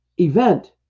event